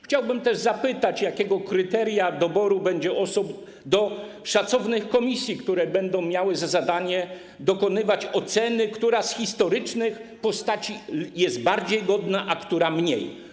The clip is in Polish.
Chciałbym też zapytać o kryteria doboru osób do szacownych komisji, które będą miały za zadanie dokonywać oceny, która z historycznych postaci jest bardziej godna, a która mniej.